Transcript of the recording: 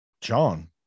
John